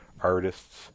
artists